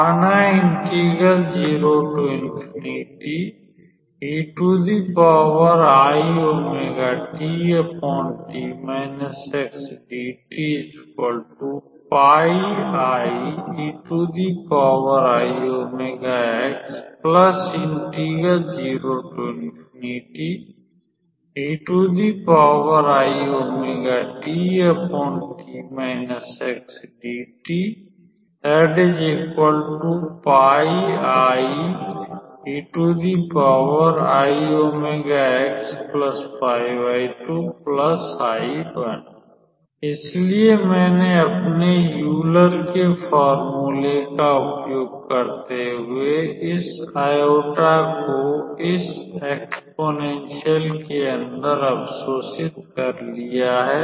माना इसलिए मैंने अपने यूलर के फॉर्मूले का उपयोग करते हुए इस आयोटा को इस एक्सपोनेंशियल के अंदर अवशोषित कर लिया है